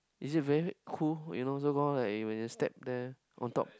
is it very cool you know so called that you when you step there on top